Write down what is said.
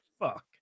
fuck